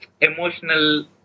emotional